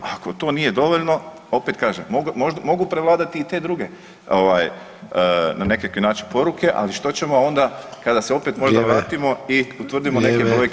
Ako to nije dovoljno opet kažem mogu prevladati i te druge ovaj na nekakvi način poruke, ali što ćemo onda kada se opet možda vratimo [[Upadica: Vrijeme.]] i utvrdimo neke brojke